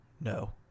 no